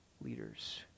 leaders